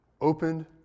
opened